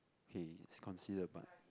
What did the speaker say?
okay it's considered but